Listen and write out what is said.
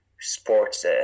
sports